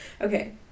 okay